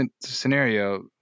scenario